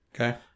Okay